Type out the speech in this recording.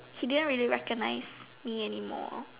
he didn't really recognise me anymore